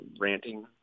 ranting